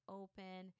open